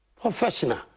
Professional